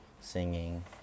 singing